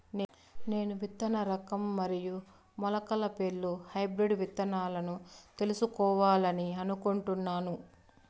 నేను విత్తన రకం మరియు మొలకల పేర్లు హైబ్రిడ్ విత్తనాలను తెలుసుకోవాలని అనుకుంటున్నాను?